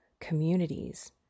communities